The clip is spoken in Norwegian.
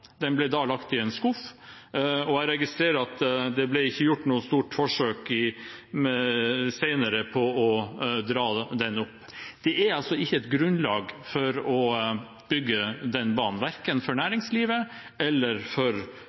Den ble da lagt i en skuff, og jeg registrerer at det ble ikke gjort noe stort forsøk senere på å ta den fram. Det er ikke grunnlag for å bygge den banen, verken for næringslivet eller for